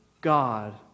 God